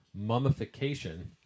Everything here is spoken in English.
Mummification